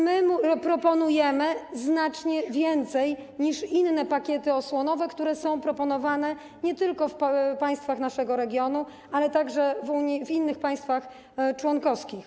My proponujemy znacznie więcej niż inne pakiety osłonowe, które są proponowane nie tylko w państwach naszego regionu, ale także w Unii, w innych państwach członkowskich.